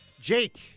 Jake